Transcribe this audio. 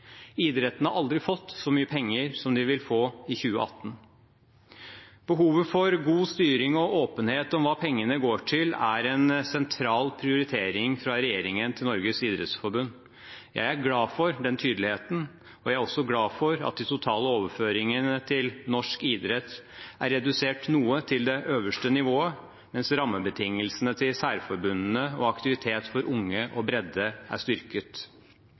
Idretten har aldri fått så mye penger som de vil få i 2018. Behovet for god styring og åpenhet om hva pengene går til, er en sentral prioritering fra regjeringen til Norges idrettsforbund. Jeg er glad for den tydeligheten, og jeg er også glad for at de totale overføringene til norsk idrett er redusert noe til det øverste nivået, mens rammebetingelsene til særforbundene og aktivitet for unge og bredde er styrket.